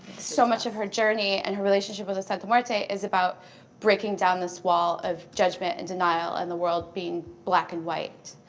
so much of her journey and her relationship with the santa muerte is about breaking down this wall of judgment and denial and the world being black and white